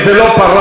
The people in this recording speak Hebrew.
זה לא פרלמנטרי.